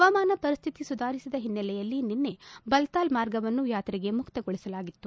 ಪವಾಮಾನ ಪರಿಸ್ಥಿತಿ ಸುಧಾರಿಸಿದ ಹಿನ್ನೆಲೆಯಲ್ಲಿ ನಿನ್ನೆ ಬಲ್ತಾಲ್ ಮಾರ್ಗವನ್ನು ಯಾತ್ರೆಗೆ ಮುಕ್ತಗೊಳಿಸಲಾಗಿತ್ತು